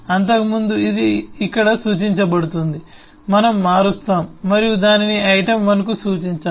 అంతకుముందు ఇది ఇక్కడ సూచించబడుతోంది మనము మారుస్తాము మరియు దానిని ఐటెమ్ 1 కు సూచించాము